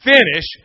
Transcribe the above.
Finish